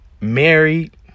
married